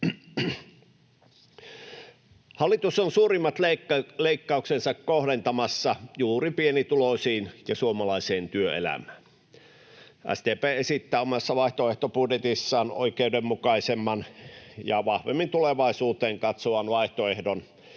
Hallitus on suurimmat leikkauksensa kohdentamassa juuri pienituloisiin ja suomalaiseen työelämään. SDP esittää omassa vaihtoehtobudjetissaan oikeudenmukaisemman ja vahvemmin tulevaisuuteen katsovan vaihtoehdon,